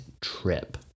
trip